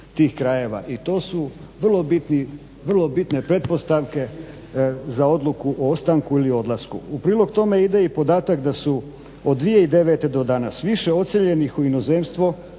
I to su vrlo bitne pretpostavke za odluku o ostanku ili odlasku. U prilog tome ide i podatak da su od 2009. do danas više odseljenih u inozemstvo